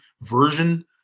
version